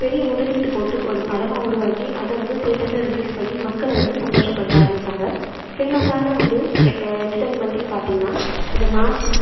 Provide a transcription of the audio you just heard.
பெரிய முதலீட்டு போட்டு ஒரு படமாக உருவாக்கி அதை வந்து தியேட்டரில் ரிலீஸ் பண்ணி மக்களை வந்து சந்தோஷப்படுத்த ஆரம்பிச்சாங்க ஃபேமஸான ஒரு எண்டர்டைண்மெண்ட் பார்த்தீங்கனா இந்த மார்ச்